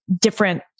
different